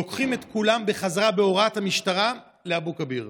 ולוקחים את כולם בחזרה, בהוראת המשטרה, לאבו-כביר.